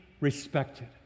respected